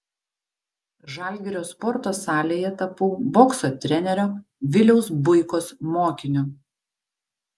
žalgirio sporto salėje tapau bokso trenerio viliaus buikos mokiniu